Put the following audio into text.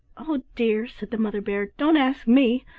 oh dear! said the mother bear, don't ask me.